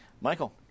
Michael